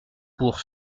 pour